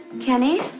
Kenny